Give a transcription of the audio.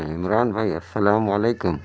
عمران بھائی السلام علیکم